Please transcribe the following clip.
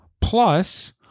plus